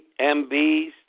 MBs